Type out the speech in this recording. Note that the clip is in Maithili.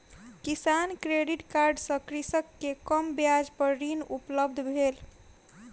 किसान क्रेडिट कार्ड सँ कृषक के कम ब्याज पर ऋण उपलब्ध भेल